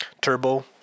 Turbo